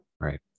Right